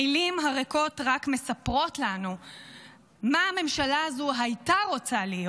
המילים הריקות רק מספרות לנו מה הממשלה הזו הייתה רוצה להיות,